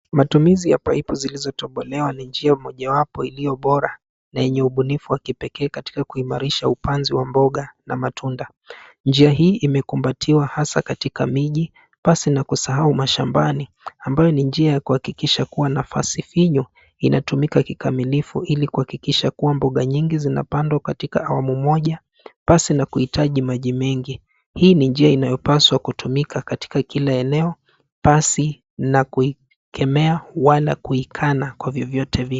Matumizi ya pipe zilizotobolewa ni njia mojawapo iliyobora na yenye ubunifu wa kipekee katika kuimarisha upanzi wa mboga na matunda. Njia hii imekumbatiwa hasa katika miji pasi na kusahau mashambani ambayo ni njia ya kuhakikisha kuwa nafasi finye inatumika kikamilifu ili kuhakikisha kuwa mboga nyingi zinapandwa katika awamu moja pasi na kuhitaji maji mengi. Hii ni njia inayopaswa kutimika katika kila eneo pasi na kuikemea wala kuikana kwa vyovyote vile.